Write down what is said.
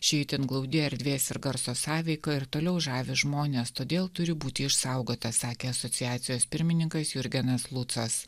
ši itin glaudi erdvės ir garso sąveika ir toliau žavi žmones todėl turi būti išsaugota sakė asociacijos pirmininkas jurgenas lucas